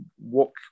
walk